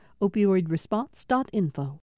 Opioidresponse.info